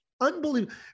Unbelievable